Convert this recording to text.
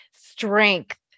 strength